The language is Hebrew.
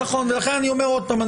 ולכן אני אומר עוד פעם,